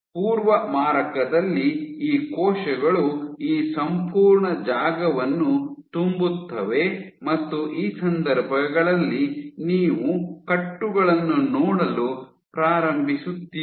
ಪೂರ್ವ ಮಾರಕದಲ್ಲಿ ಈ ಕೋಶಗಳು ಈ ಸಂಪೂರ್ಣ ಜಾಗವನ್ನು ತುಂಬುತ್ತವೆ ಮತ್ತು ಈ ಸಂದರ್ಭಗಳಲ್ಲಿ ನೀವು ಕಟ್ಟುಗಳನ್ನು ನೋಡಲು ಪ್ರಾರಂಭಿಸುತ್ತೀರಿ